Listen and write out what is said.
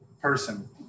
person